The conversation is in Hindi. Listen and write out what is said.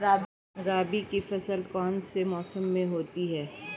रबी की फसल कौन से मौसम में होती है?